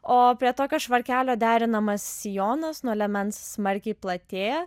o prie tokio švarkelio derinamas sijonas nuo liemens smarkiai platėja